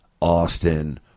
Austin